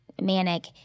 manic